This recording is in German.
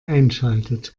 einschaltet